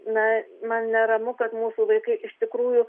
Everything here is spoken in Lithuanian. na man neramu kad mūsų vaikai iš tikrųjų